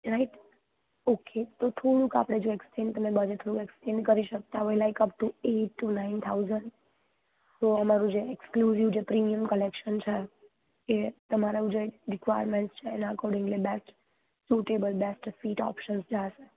right okay તો થોડુંક આપણે જો એકચેન્જ બજેટ એકચેન્જ કરી શકો હો like up to date nine thousand તો અમારું જે એક્સક્લુઝીવ જે પ્રીમિયમ કલેક્શન છે એ તમારું જે રિકવાયમેન્ટ છે એના according best suitable best fit option જશે